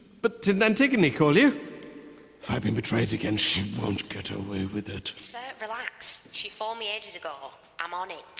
but didn't antigone call you? have i been betrayed again? she won't get away with it. sir, relax. she phoned me ages ago. i'm on it.